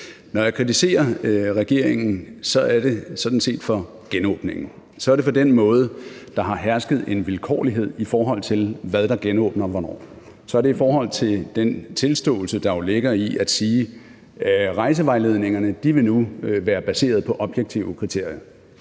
Når jeg kritiserer regeringen, er det sådan set for genåbningen; så er det for den måde, der har hersket en vilkårlighed på, i forhold til hvad der genåbner hvornår; så er det i forhold til den tilståelse, der jo ligger i at sige, at nu vil rejsevejledningerne være baserede på objektive kriterier